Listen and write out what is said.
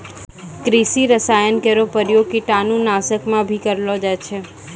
कृषि रसायन केरो प्रयोग कीटाणु नाशक म भी करलो जाय छै